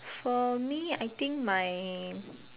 for me I think my